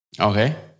Okay